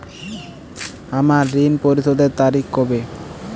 আমার ঋণ পরিশোধের তারিখ কবে?